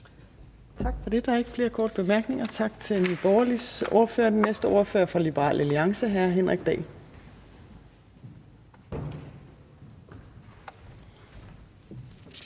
ordfører. Der er ikke flere korte bemærkninger. Den næste ordfører er fra Liberal Alliance. Hr. Henrik Dahl.